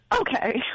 Okay